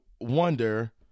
wonder –